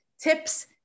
tips